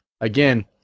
again